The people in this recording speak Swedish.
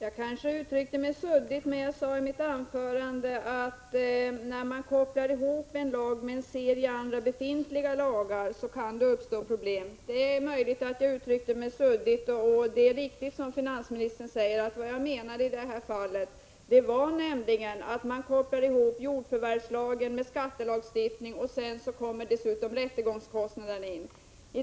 Herr talman! Jag sade i mitt anförande att när man kopplar ihop en lag med en serie andra befintliga lagar kan det uppstå problem. Det är möjligt att jag uttryckte mig suddigt, och det är riktigt som finansministern säger att vad jag ville peka på i det här fallet var att man kopplat ihop jordförvärvslagen med skattelagstiftningen och att dessutom rättegångskostnader tillkommit.